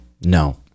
no